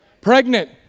Pregnant